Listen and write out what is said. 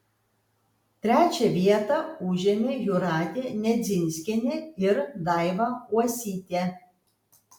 trečią vietą užėmė jūratė nedzinskienė ir daiva uosytė